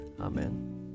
Amen